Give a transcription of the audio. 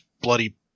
bloody